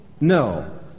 No